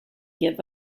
give